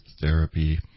therapy